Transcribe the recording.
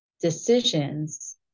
decisions